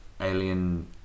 alien